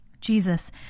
Jesus